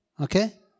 Okay